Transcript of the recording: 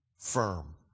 firm